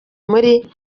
muri